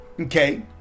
Okay